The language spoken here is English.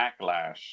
Backlash